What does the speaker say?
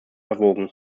erwogen